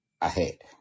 ahead